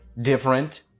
different